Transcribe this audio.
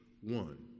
one